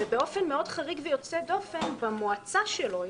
באופן חריג ויוצא דופן במועצה שלו,